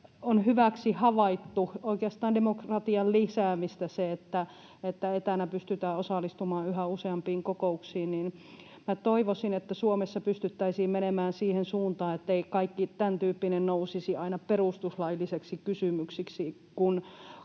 on hyväksi havaittu, oikeastaan demokratian lisäämistä, se, että etänä pystytään osallistumaan yhä useampiin kokouksiin, niin toivoisin, että Suomessa pystyttäisiin menemään siihen suuntaan, ettei kaikki tämäntyyppinen nousisi aina perustuslailliseksi kysymykseksi,